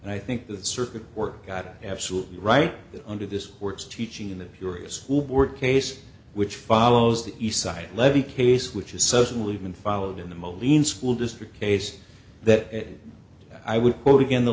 and i think the circuit work got absolutely right under this works teaching in the furious school board case which follows the eastside levy case which is certainly been followed in the moline school district case that i would quote again the